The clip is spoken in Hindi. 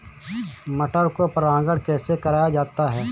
मटर को परागण कैसे कराया जाता है?